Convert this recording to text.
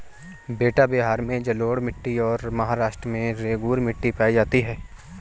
बेटा बिहार में जलोढ़ मिट्टी और महाराष्ट्र में रेगूर मिट्टी पाई जाती है